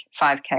5K